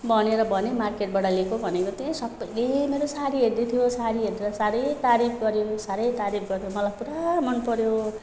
भनेर भनेँ मार्केटबाट लिएको भनेको त ए सबैले मेरो साडी हेर्दैथियो साडी हेरेर साह्रै तारिफ गर्यो साह्रै तारिफ गरेर मलाई पुरा मन पर्यो